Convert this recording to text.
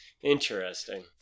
interesting